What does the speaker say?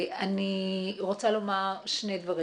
אני רוצה לומר שני דברים,